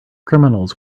criminals